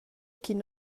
ch’in